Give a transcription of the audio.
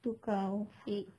tu kau pig